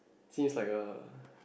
seems like a